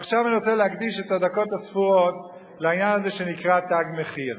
ועכשיו אני רוצה להקדיש את הדקות הספורות לעניין הזה שנקרא "תג מחיר".